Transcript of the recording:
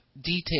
details